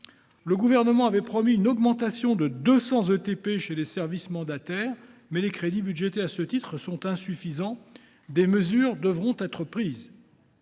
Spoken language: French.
Le Gouvernement avait promis une augmentation de 200 ETP du personnel des services mandataires, mais les crédits ouverts à ce titre sont insuffisants. Des mesures devront être prises